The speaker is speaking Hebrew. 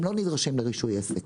הם לא נדרשים לרישוי עסק.